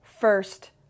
first